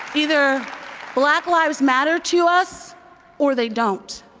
either black lives matter to us or they don't.